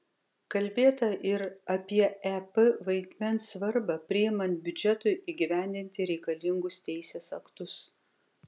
kalbėta ir apie ep vaidmens svarbą priimant biudžetui įgyvendinti reikalingus teisės aktus